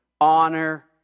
honor